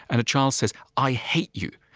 and a child says, i hate you,